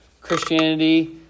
Christianity